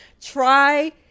try